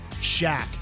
Shaq